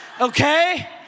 okay